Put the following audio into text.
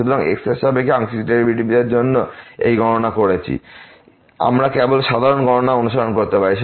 সুতরাংx এর সাপেক্ষে আংশিক ডেরিভেটিভের জন্য এই গণনা করেছি আমরা কেবল সাধারণ গণনা অনুসরণ করতে পারি